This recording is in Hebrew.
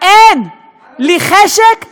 אין לי חשק לחישוקאים.